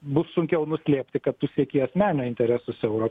bus sunkiau nuslėpti kad tu sieki asmeninių interesų siauro